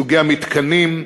סוגי המתקנים,